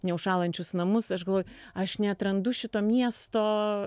neužšąlančius namus aš galvoju aš neatrandu šito miesto